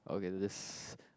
okay that's